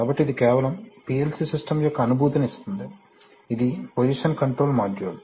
కాబట్టి ఇది కేవలం PLC సిస్టమ్ యొక్క అనుభూతిని ఇస్తుంది ఇది పొజిషన్ కంట్రోల్ మాడ్యూల్